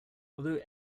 although